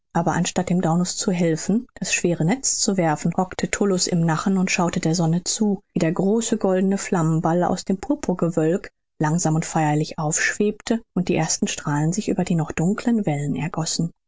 aber anstatt dem daunus zu helfen das schwere netz zu werfen hockte tullus im nachen und schaute der sonne zu wie der große goldige flammenball aus dem purpurgewölk langsam und feierlich aufschwebte und die ersten strahlen sich über die noch dunklen wellen ergossen